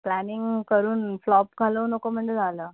planning करून flop घालवू नको म्हणजे झालं